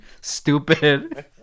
stupid